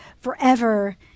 forever